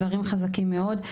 דברים חזקים מאוד,